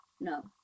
no